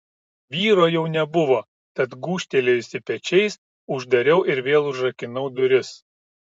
vyro jau nebuvo tad gūžtelėjusi pečiais uždariau ir vėl užrakinau duris